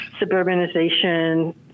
suburbanization